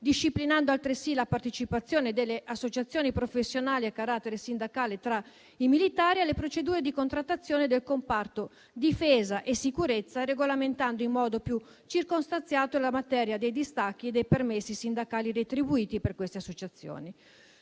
disciplinando altresì la partecipazione delle associazioni professionali a carattere sindacale tra i militari e le procedure di contrattazione del comparto difesa e sicurezza, regolamentando in modo più circostanziato la materia dei distacchi e dei permessi sindacali retribuiti per queste associazioni.